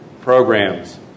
programs